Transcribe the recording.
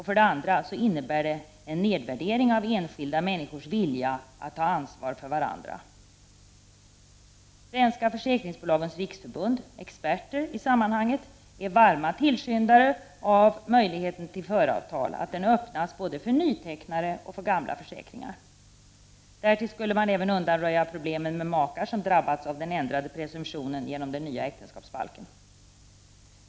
För det andra innebär det en nedvärdering av enskilda människors vilja att ta ansvar för varandra. Svenska försäkringsbolags riksförbund, expert i sammanhanget, är en varm tillskyndare vad gäller att möjligheten till föravtal öppnas både för nytecknare och för innehavare av gamla försäkringar. Därtill skulle man även undanröja problemet med makar som drabbats av den ändrade presumptionen genom den nya äktenskapsbalken.